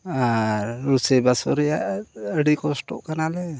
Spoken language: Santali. ᱟᱨ ᱨᱚᱥᱳᱭᱼᱵᱟᱥᱚᱨ ᱠᱚᱨᱮᱱᱟᱜ ᱟᱹᱰᱤ ᱠᱚᱥᱴᱚᱜ ᱠᱟᱱᱟᱞᱮ